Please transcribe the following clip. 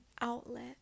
outlet